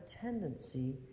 tendency